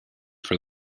for